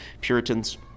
Puritans